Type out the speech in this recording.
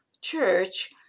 church